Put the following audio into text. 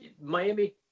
Miami